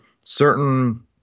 certain